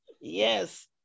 Yes